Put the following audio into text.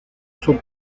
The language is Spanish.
son